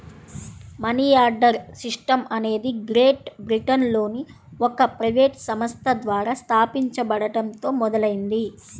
money order system అనేది great బ్రిటన్లోని ఒక ప్రైవేట్ సంస్థ ద్వారా స్థాపించబడటంతో మొదలైంది